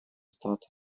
статуту